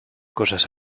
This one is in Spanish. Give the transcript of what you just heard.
cosas